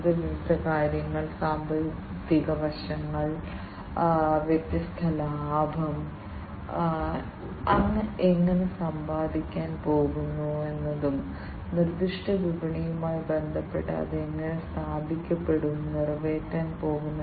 അതിനാൽ മുമ്പത്തെ ഒരു പ്രഭാഷണത്തിൽ ഞാൻ സംസാരിച്ച ഈ വലിയ ഡാറ്റ നിങ്ങൾ വ്യവസായ സ്കെയിൽ സെൻസറുകൾ വിന്യസിക്കുകയും പരസ്പരം വ്യത്യസ്ത മെഷീനുകളുമായി ബന്ധിപ്പിക്കുകയും ചെയ്യുകയാണെങ്കിൽ ഈ വലിയ ഡാറ്റ പ്രോപ്പർട്ടികൾ അടിസ്ഥാനപരമായി വരാൻ പോകുന്നു